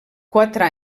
quatre